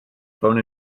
bone